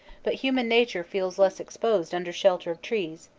but human nature feels less exposed under shelter of trees,